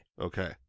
Okay